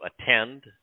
attend